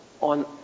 on